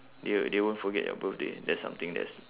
they they won't forget your birthday that's something that's